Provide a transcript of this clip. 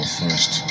first